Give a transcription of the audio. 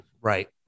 Right